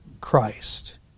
Christ